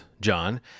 john